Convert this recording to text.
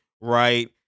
right